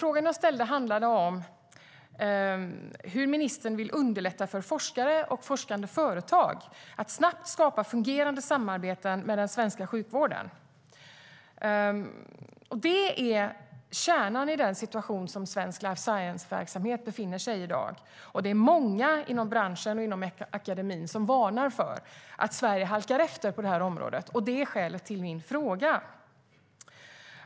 Frågan jag ställde handlade om hur ministern vill underlätta för forskare och forskande företag att snabbt skapa fungerande samarbeten med den svenska sjukvården. Det är kärnan i den situation som svensk life science-verksamhet befinner sig i i dag, och det är många inom branschen och inom akademin som varnar för att Sverige halkar efter på det området. Det är skälet till min fråga.